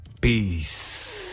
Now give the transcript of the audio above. Peace